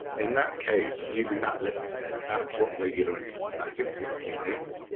in that case, using that litmus test, that's what regular and systematic typically means.